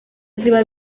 ziba